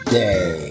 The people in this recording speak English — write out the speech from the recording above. day